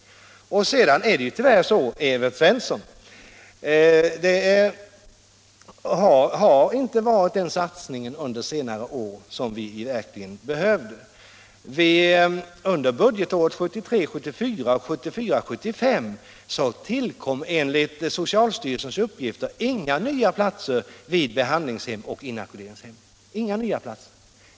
Vidare är det tyvärr så, Evert Svensson, att man inte gjort den satsning under senare år som vi skulle ha behövt. Under budgetåren 1973 75 tillkom enligt socialstyrelsens uppgifter inga nya platser vid behandlingshem och inackorderingshem. Inga nya platser!